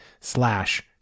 slash